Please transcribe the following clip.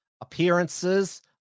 appearances